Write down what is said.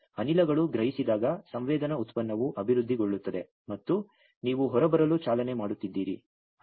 ಮತ್ತು ಅನಿಲಗಳು ಗ್ರಹಿಸಿದಾಗ ಸಂವೇದನಾ ಉತ್ಪನ್ನವು ಅಭಿವೃದ್ಧಿಗೊಳ್ಳುತ್ತದೆ ಮತ್ತು ನೀವು ಹೊರಬರಲು ಚಾಲನೆ ಮಾಡುತ್ತಿದ್ದೀರಿ